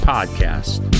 Podcast